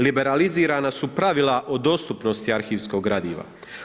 Liberalizirana su pravila o dostupnosti arhivskog gradiva.